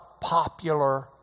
popular